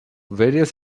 various